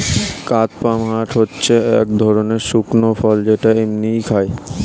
কাদপমহাট হচ্ছে এক ধরণের শুকনো ফল যেটা এমনিই খায়